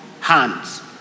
hands